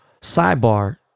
Sidebar